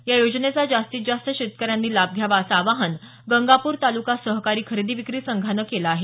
या योजनेचा जास्तीत जास्त शेतकऱ्यांनी लाभ घ्यावा असं आवाहन गंगापूर तालुका सहकारी खरेदी विक्री संघानं केलं आहे